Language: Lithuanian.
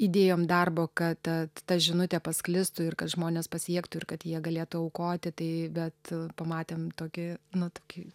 įdėjom darbo kad ta žinutė pasklistų ir kad žmonės pasiektų ir kad jie galėtų aukoti tai bet pamatėm tokį nu tokį